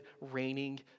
reigning